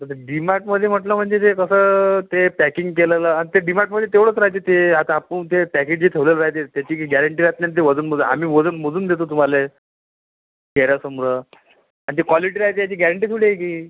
तर ते डी मार्टमध्ये म्हटलं म्हणजे ते कसं ते पॅकिंग केलेलं अन् ते डी मार्टमध्ये तेवढंच राहते ते आता आपण ते पॅकेट जे ठेवलेले राहते त्याची काही गॅरेंटी राहात नाही अन् ते वजन बघा आम्ही वजन मोजून देतो तुम्हाला चेहऱ्यासमगं अन् ते कॉलिटी राहते त्याची गॅरेंटी थोडी आहे की